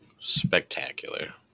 Spectacular